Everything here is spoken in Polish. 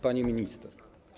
Pani Minister!